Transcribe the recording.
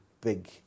big